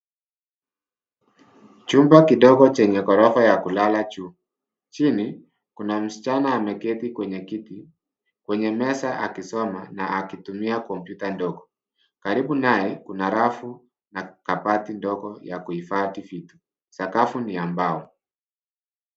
Chumba kidogo chenye ghorofa ya kulala juu. Chini kuna msichana ameketi kwenye kiti kwenye meza akisoma na akitumia kompyuta ndogo. Karibu naye kuna rafu na kabati ndogo ya kuhifadhi vitu. Sakafu ni ya mbao.